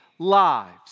Lives